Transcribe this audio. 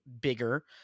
bigger